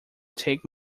take